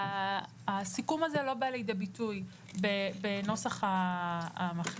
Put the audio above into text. הסיכום הזה לא בא לידי ביטוי בנוסח המחליטים,